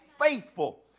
faithful